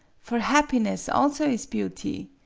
for happiness also is beauty.